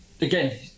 again